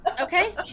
okay